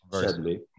sadly